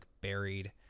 buried